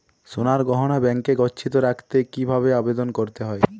সোনার গহনা ব্যাংকে গচ্ছিত রাখতে কি ভাবে আবেদন করতে হয়?